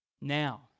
Now